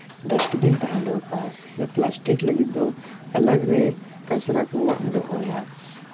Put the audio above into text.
dustbin ᱛᱟᱦᱮᱸ ᱫᱚᱨᱠᱟᱨ ᱥᱮ ᱯᱞᱟᱥᱴᱤᱠ ᱞᱟᱹᱜᱤᱫ ᱫᱚ ᱟᱞᱟᱜᱽ ᱨᱮ ᱠᱟᱪᱨᱟ ᱠᱚ ᱫᱚᱦᱚᱭᱟ